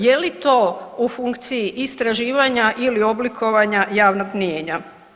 Je li to u funkciji istraživanja ili oblikovanja javnog mnijenja?